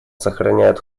сохраняют